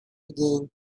again